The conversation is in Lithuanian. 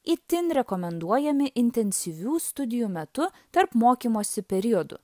itin rekomenduojami intensyvių studijų metu tarp mokymosi periodų